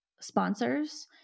sponsors